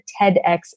TEDx